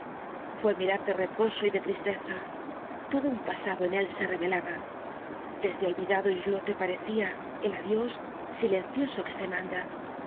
fué mirar de reposo y de tristeza todo un pasado en él se revelaba desde olvidado islote parecía el adiós silencioso que se manda